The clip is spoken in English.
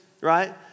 Right